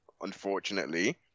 unfortunately